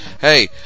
Hey